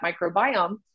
microbiome